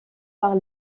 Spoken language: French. par